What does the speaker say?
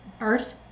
earth